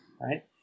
right